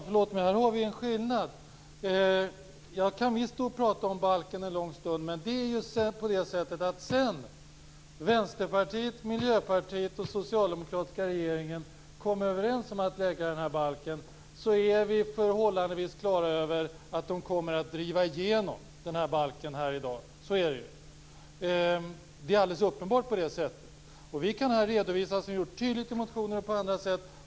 Fru talman! Här har vi en skillnad. Jag kan visst stå och prata om balken en lång stund. Men sedan Vänsterpartiet, Miljöpartiet och den socialdemokratiska regeringen kom överens om att lägga fram den här balken har vi ju varit förhållandevis klara över att de kommer att driva igenom den här i dag. Så är det ju. Det är alldeles uppenbart på det sättet. Vi kan tydligt redovisa vår ståndpunkt, såsom vi har gjort i motioner och på andra sätt.